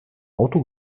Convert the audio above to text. auto